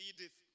Edith